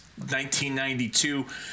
1992